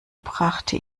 brachte